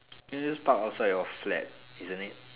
just park outside your flat isn't it